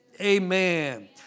Amen